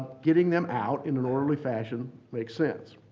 getting them out in an orderly fashion makes sense.